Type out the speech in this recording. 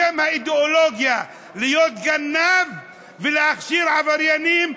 בשם האידיאולוגיה להיות גנב ולהכשיר עבריינים?